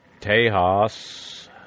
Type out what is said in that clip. Tejas